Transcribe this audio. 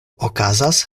okazas